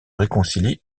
réconcilie